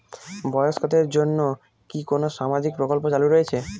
বয়স্কদের জন্য কি কোন সামাজিক প্রকল্প চালু রয়েছে?